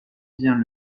bien